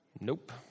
Nope